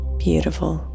beautiful